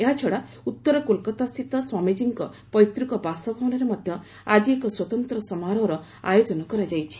ଏହାଛଡ଼ା ଉତ୍ତର କୋଲକାତାସ୍ଥିତ ସ୍ୱାମୀଜୀଙ୍କ ପୈତୃକ ବାସଭବନରେ ମଧ୍ୟ ଆଜି ଏକ ସ୍ପତନ୍ତ୍ର ସମାରୋହର ଆୟୋଜନ କରାଯାଇଛି